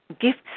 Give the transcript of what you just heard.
Gifts